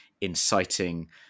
inciting